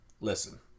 listen